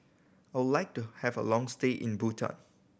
I would like to have a long stay in Bhutan